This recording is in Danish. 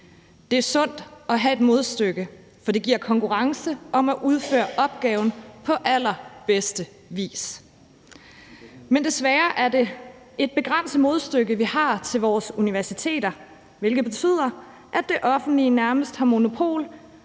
Det er sundt at have et modstykke, for det giver konkurrence om at udføre opgaven på allerbedste vis. Men desværre er det et begrænset modstykke, vi har til vores universiteter, hvilket betyder, at det offentlige nærmest har monopol